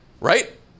Right